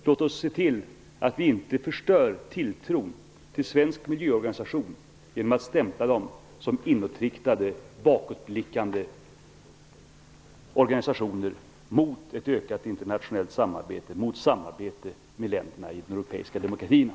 Låt oss se till att vi inte förstör tilltron till svenska miljöorganisationer genom att stämpla dem som inåtriktade, bakåtblickande organisationer som är mot ett ökat internationellt samarbete och samarbete med de europeiska demokratierna.